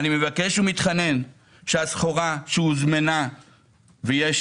אני מבקש ומתחנן שהסחורה שהוזמנה ויש